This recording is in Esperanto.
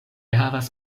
havas